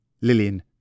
Lillian